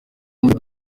muri